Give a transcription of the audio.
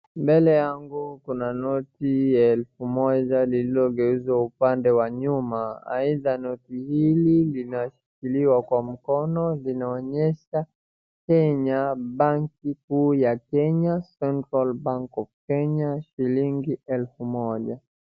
Mbele yangu kuna noti ya elfu moja lilogeushwa upande wa nyuma. Aitha, noti ili limeshikiliwa kwa mkono. Linaonyesha Kenya, Benki Kuu ya Kenya, Central Bank of Kenya , Shilingi elfu moja.